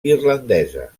irlandesa